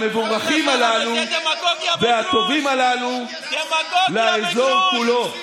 המבורכים הללו והטובים הללו לאזור כולו.